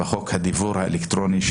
בחוק הדיוור האלקטרוני,